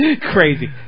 Crazy